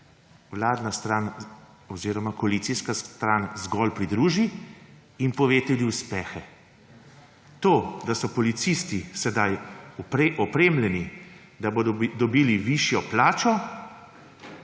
vladna stran oziroma koalicijska strank zgolj pridruži in pove tudi uspehe. To, da so policisti sedaj opremljeni, da bodo dobili višjo plačo,